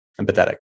empathetic